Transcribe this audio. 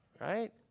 right